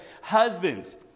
husbands